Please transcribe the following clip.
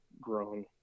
grown